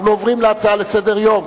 אנחנו עוברים להצעות לסדר-היום,